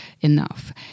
enough